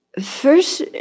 First